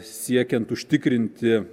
siekiant užtikrinti